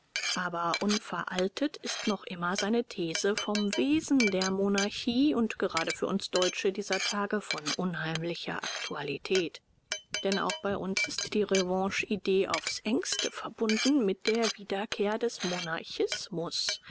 aber unveraltet ist noch immer seine these vom wesen der monarchie und gerade für uns deutsche dieser tage von unheimlicher aktualität denn auch bei uns ist die revancheidee aufs engste verbunden mit der wiederkehr des